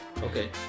Okay